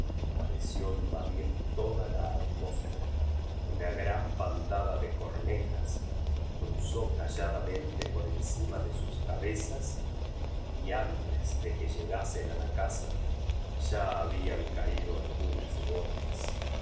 pareció invadir toda la atmósfera una gran bandada de cornejas cruzó calladamen te por encima de sus cabezas y antea de que llegasen a la casa ya habían caído algu nas gotas